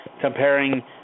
comparing